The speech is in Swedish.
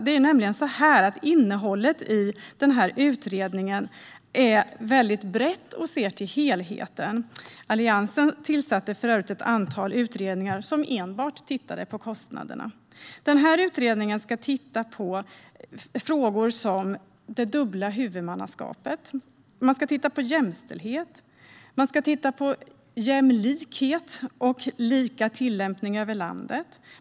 Det är nämligen så att innehållet i utredningen är väldigt brett och ser till helheten. Alliansen tillsatte för övrigt ett antal utredningar som enbart tittade på kostnaderna. Den här utredningen ska titta på frågor som det dubbla huvudmannaskapet, jämställdhet, jämlikhet och lika tillämpning över landet.